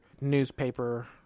newspaper